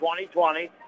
2020